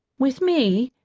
with me?